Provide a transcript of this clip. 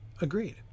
Agreed